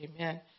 Amen